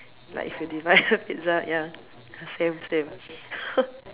like if you divide a Pizza ya same same